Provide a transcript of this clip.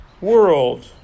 world